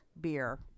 Beer